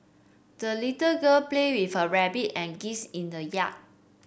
the little girl played with her rabbit and geese in the yard